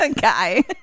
guy